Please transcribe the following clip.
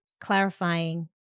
clarifying